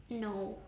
no